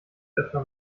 öfter